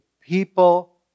People